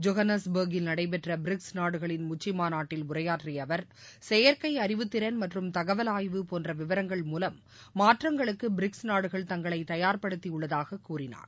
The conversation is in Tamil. ஜோகன்னஸ்பர்கில் நடைபெற்ற பிரிக்ஸ் நாடுகளின் உச்சி மாநாட்டில் உரையாற்றிய அவர் செயற்கை அறிவுத்திறன் மற்றும் தகவல் ஆய்வு போன்ற விவரங்கள் மூலம் மாற்றங்களுக்கு பிரிக்ஸ் நாடுகள் தங்களை தயார்படுத்தியுள்ளதாக கூறினார்